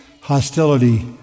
hostility